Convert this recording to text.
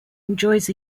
enjoys